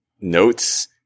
notes